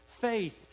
faith